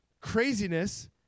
craziness